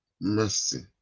mercy